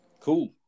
cool